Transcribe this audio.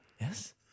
Yes